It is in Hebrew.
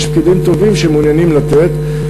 יש פקידים טובים שמעוניינים לתת.